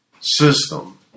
system